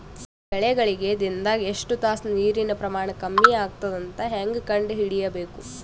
ಬೆಳಿಗಳಿಗೆ ದಿನದಾಗ ಎಷ್ಟು ತಾಸ ನೀರಿನ ಪ್ರಮಾಣ ಕಮ್ಮಿ ಆಗತದ ಅಂತ ಹೇಂಗ ಕಂಡ ಹಿಡಿಯಬೇಕು?